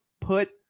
put